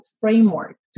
framework